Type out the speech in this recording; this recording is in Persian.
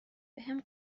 بهم